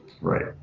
Right